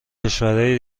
کشورهای